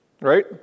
Right